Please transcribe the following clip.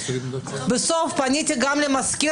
בסוף פניתי גם למזכיר